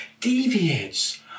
deviates